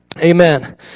Amen